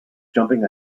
jumping